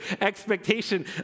expectation